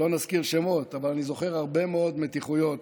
לא נזכיר שמות, אבל אני זוכר הרבה מאוד מתיחויות,